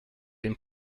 been